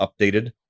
updated